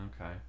okay